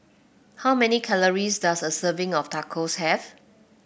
how many calories does a serving of Tacos have